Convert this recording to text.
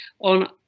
on